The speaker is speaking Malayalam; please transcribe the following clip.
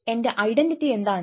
എന്റെ ഐഡന്റിറ്റി എന്താണ്